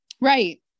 Right